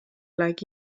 like